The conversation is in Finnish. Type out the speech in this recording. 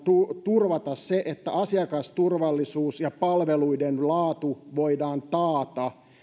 turvata se että asiakasturvallisuus ja palveluiden laatu voidaan taata